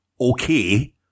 okay